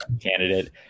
candidate